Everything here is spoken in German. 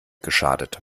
geschadet